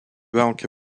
welke